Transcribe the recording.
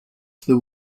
there